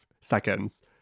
seconds